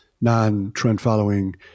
non-trend-following